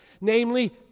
namely